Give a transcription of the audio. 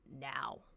now